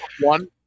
One